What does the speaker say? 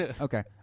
Okay